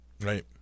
Right